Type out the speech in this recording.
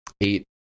eight